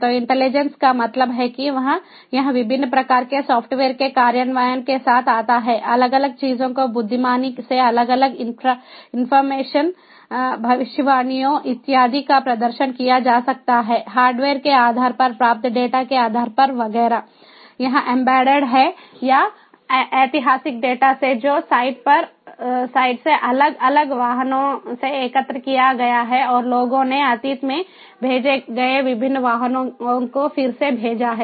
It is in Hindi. तो इंटेलिजेंस का मतलब है कि यह विभिन्न प्रकार के सॉफ़्टवेयर के कार्यान्वयन के साथ आता है अलग अलग चीजों को बुद्धिमानी से अलग अलग इनफॉरमेशन भविष्यवाणियों इत्यादि का प्रदर्शन किया जा सकता है हार्डवेयर के आधार पर प्राप्त डेटा के आधार पर वगैरह यह एंबेडेड है या ऐतिहासिक डेटा से जो साइट पर साइट से अलग अलग वाहनों से एकत्र किया गया है और लोगों ने अतीत में भेजे गए विभिन्न वाहनों को फिर से भेजा है